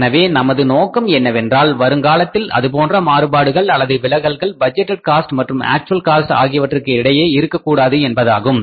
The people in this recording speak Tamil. எனவே நமது நோக்கம் என்னவென்றால் வருங்காலத்தில் அதுபோன்ற மாறுபாடுகள் அல்லது விலகல்கள் பட்ஜெட்டட் காஸ்ட் மற்றும் ஆக்ச்வல் காஸ்ட் ஆகியவற்றிற்கு இடையே இருக்கக் கூடாது என்பதாகும்